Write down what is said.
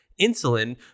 insulin